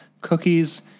cookies